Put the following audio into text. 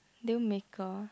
dealmaker